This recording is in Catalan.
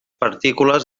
partícules